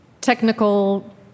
technical